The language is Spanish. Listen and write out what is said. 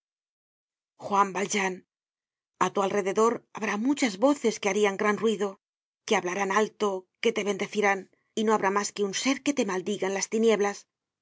juan valjean a tu alrededor habrá muchas voces que harán gran ruido que hablarán alto que te bendecirán y no habrá mas que un ser que te maldiga en las tinieblas pues